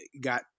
got